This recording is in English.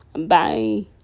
Bye